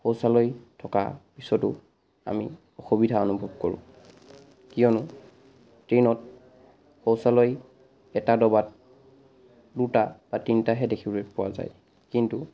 শৌচালয় থকা পিছতো আমি অসুবিধা অনুভৱ কৰোঁ কিয়নো ট্ৰেইনত শৌচালয় এটা দবাত দুটা বা তিনিটাহে দেখিবলৈ পোৱা যায় কিন্তু